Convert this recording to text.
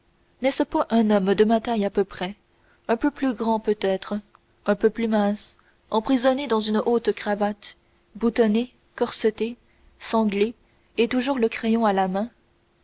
n'est-ce point un homme de ma taille à peu près un peu plus grand peut-être un peu plus mince emprisonné dans une haute cravate boutonné corseté sanglé et toujours le crayon à la main